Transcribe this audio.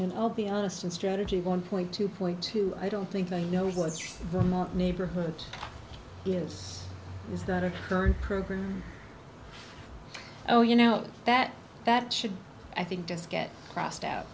and i'll be honest and strategy one point two point two i don't think i know what the neighborhood is is that i've heard program you know that that should i think just get crossed out